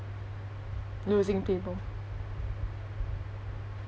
losing people